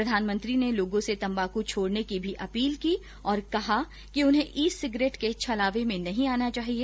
प्रधानमंत्री ने लोगों से तम्बाकू छोड़ने की भी अपील की और कहा कि उन्हें ई सिगरेट के छलावे में नहीं आना चाहिए